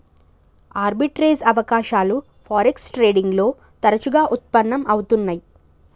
arbitrage అవకాశాలు forex trading లో తరచుగా వుత్పన్నం అవుతున్నై